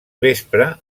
vespre